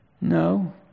no